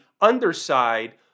underside